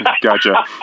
gotcha